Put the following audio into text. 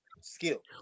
skill